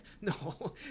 no